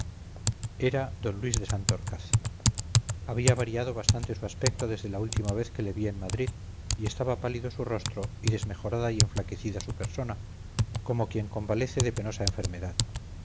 era d luis de santorcaz había variado bastante su aspecto desde la última vez que le vi en madrid y estaba pálido su rostro y desmejorada y enflaquecida su persona como quien convalece de penosa enfermedad